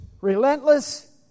Relentless